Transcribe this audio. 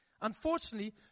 unfortunately